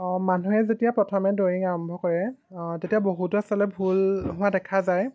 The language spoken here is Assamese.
অঁ মানুহে যেতিয়া প্ৰথমে ড্ৰয়িং আৰম্ভ কৰে অঁ তেতিয়া বহুতে চালে ভুল হোৱা দেখা যায়